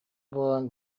буолан